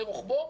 זה רוחבו,